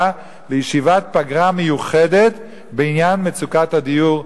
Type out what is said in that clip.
לישיבת פגרה מיוחדת בעניין מצוקת הדיור,